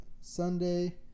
Sunday